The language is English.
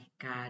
God